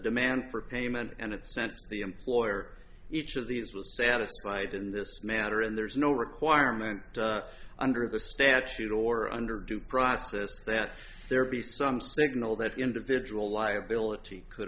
demand for payment and it sent the employer each of these was satisfied in this matter and there is no requirement under the statute or under due process that there be some signal that individual liability could